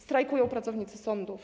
Strajkują pracownicy sądów.